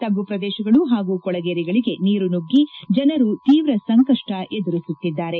ತಗ್ಗು ಪ್ರದೇಶಗಳು ಹಾಗೂ ಕೊಳಗೇರಿಗಳಿಗೆ ನೀರು ನುಗ್ಗಿ ಜನರು ತೀವ್ರ ಸಂಕಷ್ಪ ಎದುರಿಸಿದ್ದಾರೆ